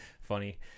Funny